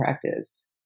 practice